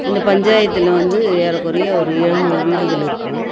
இந்த பஞ்சாயத்தில் வந்து ஏறக்குறைய ஒரு எழுநூறு வீடுகள் இருக்குது